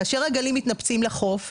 כאשר הגלים מתנפצים לחוף,